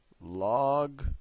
Log